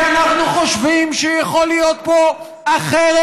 כי אנחנו חושבים שיכול להיות פה אחרת,